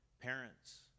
parents